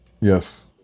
Yes